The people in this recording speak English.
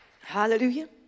hallelujah